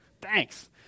thanks